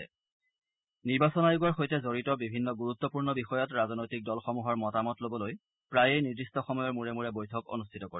আয়োগে নিৰ্বাচনৰ সৈতে জড়িত বিভিন্ন গুৰুত্বপূৰ্ণ বিষয়ত ৰাজনৈতিক দলসমূহৰ মতামত লবলৈ প্ৰায়েই নিৰ্দিষ্ট সময়ৰ মূৰে মূৰে বৈঠক অনুষ্ঠিত কৰে